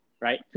right